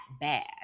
bad